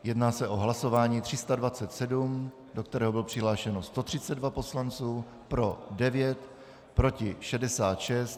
Jedná se o hlasování 327, do kterého bylo přihlášeno 132 poslanců, pro 9, proti 66.